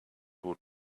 would